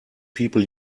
people